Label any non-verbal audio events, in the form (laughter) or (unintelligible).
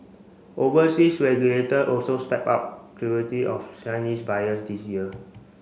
overseas regulator also stepped up (unintelligible) of Chinese buyers this year